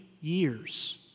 years